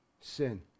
sin